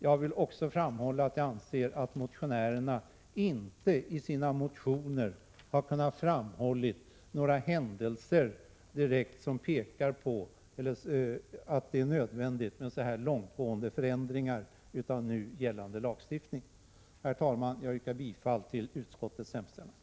Jag vill också framhålla att jag anser att motionärerna inte i sina motioner har kunnat framhålla några händelser som visar att det är nödvändigt med så långtgående förändringar i nu gällande lagstiftning. Herr talman! Jag yrkar bifall till utskottets hemställan.